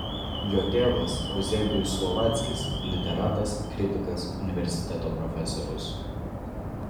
jo tėvas euzebijus slovackis literatas kritikas universiteto profesorius